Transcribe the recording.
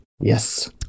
Yes